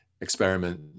experiment